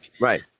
Right